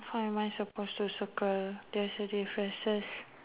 how I am I supposed to circle there is a differences